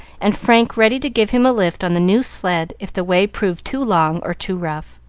and frank ready to give him a lift on the new sled, if the way proved too long or too rough.